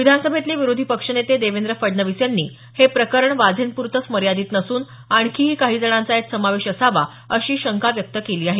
विधान सभेतले विरोधी पक्षनेते देवेंद्र फडणवीस यांनी हे प्रकरण वाझेंपुरतं मर्यादित नसून आणखीही काही जणांचा यात समावेश असावा अशी शंका व्यक्त केली आहे